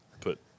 put